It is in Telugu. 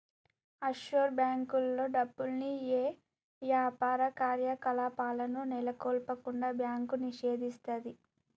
ఆఫ్షోర్ బ్యేంకుల్లో డబ్బుల్ని యే యాపార కార్యకలాపాలను నెలకొల్పకుండా బ్యాంకు నిషేధిస్తది